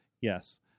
Yes